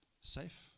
safe